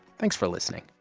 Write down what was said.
thanks for listening